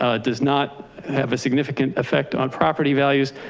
ah does not have a significant effect on property values.